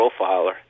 profiler